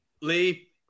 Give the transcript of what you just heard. Lee